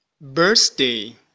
Birthday